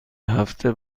هفته